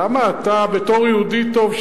בתור יהודי טוב,